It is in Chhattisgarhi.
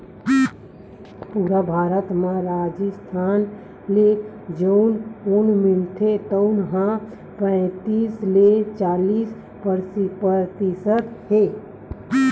पूरा भारत म राजिस्थान ले जउन ऊन मिलथे तउन ह पैतीस ले चालीस परतिसत हे